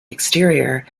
exterior